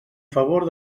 favor